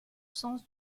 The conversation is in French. sens